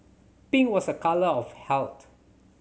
pink was a colour of health